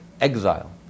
exile